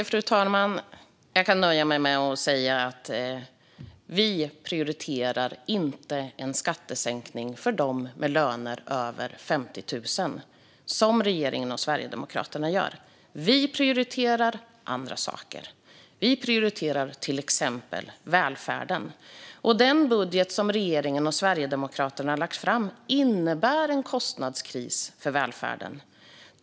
Fru talman! Jag kan nöja mig med att säga att vi inte prioriterar en skattesänkning för dem med löner över 50 000 så som regeringen och Sverigedemokraterna gör. Vi prioriterar andra saker, till exempel välfärden. Den budget som regeringen och Sverigedemokraterna har lagt fram innebär en kostnadskris för välfärden.